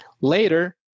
Later